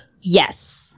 yes